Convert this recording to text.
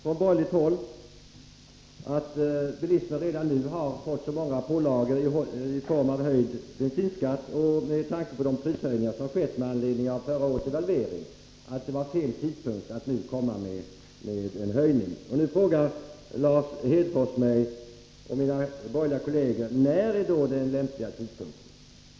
Från borgerligt håll tycker vi att bilismen redan har fått så många pålagor i form av höjd bensinskatt och prishöjningar med anledning av förra årets devalveringar, att det är fel tidpunkt att nu genomföra en höjning av skatten. Lars Hedfors frågar mig och mina borgerliga kolleger: När är tidpunkten lämplig?